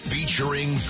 Featuring